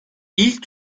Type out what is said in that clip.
ilk